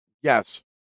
Yes